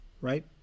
right